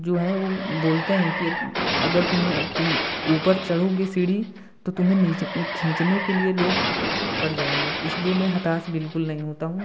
जो हैं वो बोलते हैं कि अगर तुम्हें तुम ऊपर चढ़ोगे सीढ़ी तो तुम्हें नीचे खींचने के लिए लोग पड़ जाएंगे इसलिए मैं हताश बिल्कुल नहीं होता हूँ